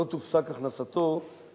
לא תופסק גם בלימודיו.